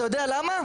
אתה יודע למה?